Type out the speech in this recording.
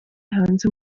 hanze